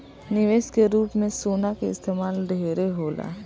निवेश के रूप में सोना के इस्तमाल ढेरे होला